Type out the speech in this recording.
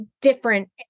different